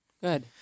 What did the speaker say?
Good